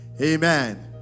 Amen